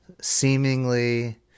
seemingly